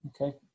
Okay